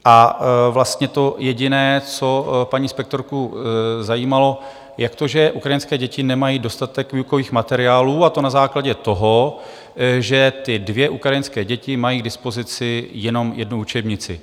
A vlastně to jediné, co paní inspektorku zajímalo, jak to, že ukrajinské děti nemají dostatek výukových materiálů, a to na základě toho, že ty dvě ukrajinské děti mají k dispozici jenom jednu učebnici.